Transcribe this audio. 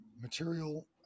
material